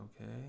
okay